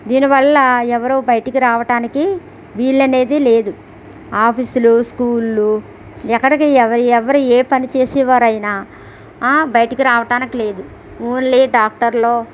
దీని వల్ల ఎవరూ బయటకి రావడానికి వీలు అనేది లేదు ఆఫీసులు స్కూళ్ళు ఎక్కడికి ఎవరు ఎవరు ఏ పని చేసేవారు అయినా బయటకి రావడానికి లేదు ఓన్లీ డాక్టర్లు